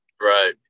Right